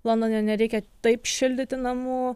londone nereikia taip šildyti namų